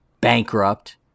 bankrupt